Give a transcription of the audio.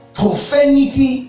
profanity